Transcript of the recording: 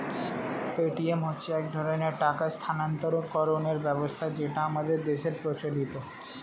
Paytm হচ্ছে এক ধরনের টাকা স্থানান্তরকরণের ব্যবস্থা যেটা আমাদের দেশের প্রচলিত